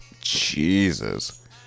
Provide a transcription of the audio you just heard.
Jesus